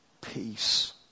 peace